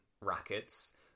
rackets